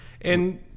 And-